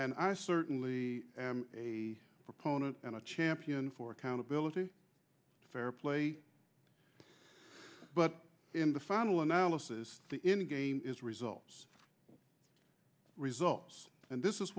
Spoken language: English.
and i certainly am a proponent and a champion for accountability fair play but in the final analysis is results results and this is